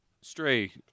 Stray